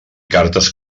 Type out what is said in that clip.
cartes